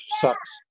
sucks